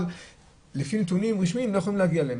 אבל לפי הנתונים הרשמיים זה לא ניתן.